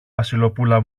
βασιλοπούλα